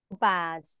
bad